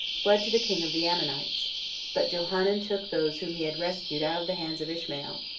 fled to the king of the ammonites but johanan took those whom he had rescued out of the hands of ishmael,